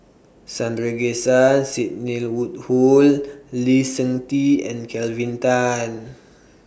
Sidney Woodhull Lee Seng Tee and Kelvin Tan